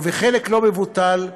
וחלק לא מבוטל,